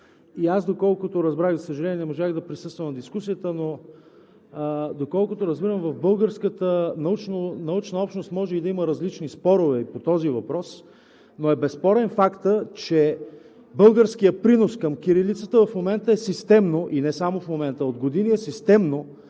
канали. И аз, за съжаление, не можах да присъствам на дискусията – доколкото разбирам, в българската научна общност може да има различни спорове по този въпрос, но е безспорен фактът, че българският принос към кирилицата в момента, и не само в момента, а от години е системно